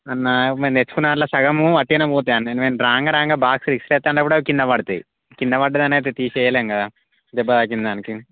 అన్నా మేము తెచ్చుకున్న దాంట్లో సగము వట్టిగానే పోతాయన్న నేను రాగా రాగా బాక్స్లు విసిరేత్తున్నపుడు కూడా కింద పడతాయి కింద పడ్డదాని అయితే తీసి వెయ్యలేం కదా దెబ్బ తాకిన దానికి